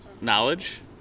knowledge